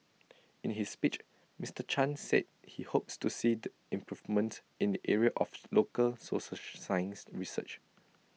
in his speech Mister chan said he hopes to see the improvements in the area of local social science research